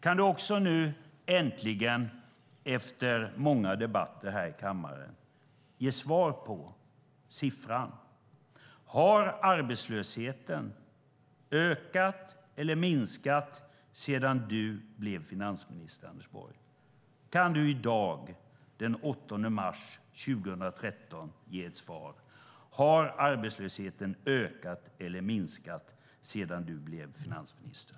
Kan du i dag, den 8 mars 2013, efter många debatter här i kammaren ge ett svar på frågan om arbetslösheten har ökat eller minskat sedan du blev finansminister?